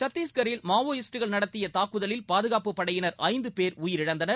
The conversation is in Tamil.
சத்தீஷ்கரில் மாவோயிஸ்டுகள் நடத்திய தாக்குதலில் பாதுகாப்புப் படையினர் ஐந்து பேர் உயிரிழந்தனர்